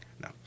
no